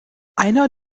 einer